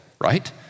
right